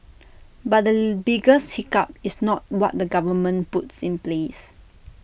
but the biggest hiccup is not what the government puts in place